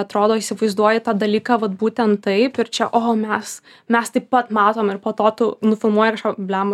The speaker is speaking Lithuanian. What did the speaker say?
atrodo įsivaizduoji tą dalyką vat būtent taip ir čia o mes mes taip pat matom ir po to tu nufilmuoji ir kažką